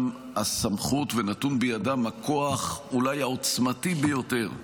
הסמכות ונתון בידם הכוח שהוא אולי העוצמתי ביותר,